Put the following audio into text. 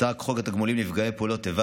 הצעת חוק התגמולים לנפגעי פעולות איבה